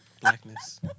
blackness